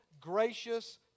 gracious